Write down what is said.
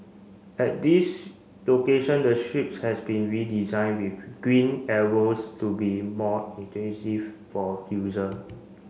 at these location the strips has been redesigned with green arrows to be more for user